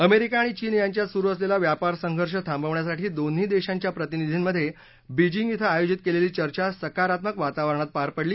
America आणि चीन यांच्यात सुरू असलेला व्यापार संघर्ष थांबवण्यासाठी दोन्ही देशांच्या प्रतिनिधींमध्ये बिजिंग इथं आयोजित केलेली चर्चा सकारात्मक वातावरणात पार पडली